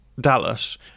Dallas